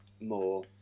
more